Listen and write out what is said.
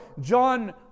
John